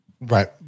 Right